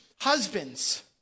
husbands